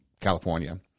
California